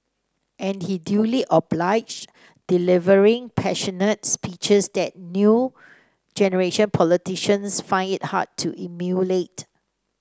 and he duly obliged delivering passionate speeches that new generation politicians find it hard to emulate